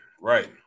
right